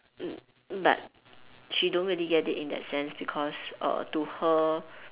mm but she don't really get it in that sense because err to her